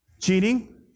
Cheating